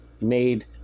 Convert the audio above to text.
made